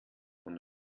von